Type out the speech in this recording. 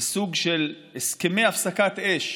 לסוג של הסכמי הפסקת אש